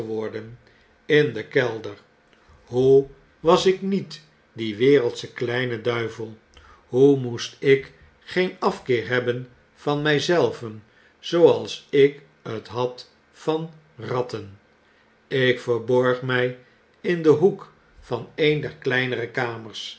in den kelder hoe was ik niet die wereldsche kleine duivel hoe moest ik geen afkeer hebben van my zelven zooals ik het had van de ratten ik verborg mij in den hoek van een der kleinere kamers